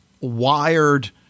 wired